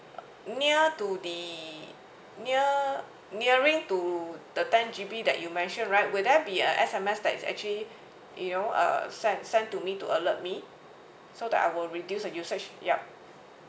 near to the near nearing to the ten G_B that you mention right will there be a S_M_S that is actually you know uh sent sent to me to alert me so that I will reduce the usage yup